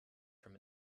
from